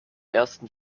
ersten